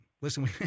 Listen